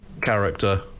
character